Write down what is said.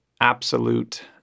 absolute